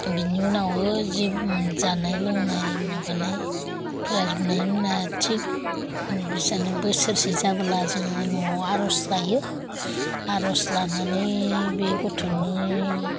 बिनि उनाव जि जानाय लोंनाय माबानायफोरा जोबनायनि उनाव थिख बोसोरसे जाब्ला जोङो न'आव आर'ज लायो आर'ज लानानै बे गथ'नि